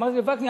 אמרתי: וקנין,